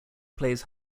plays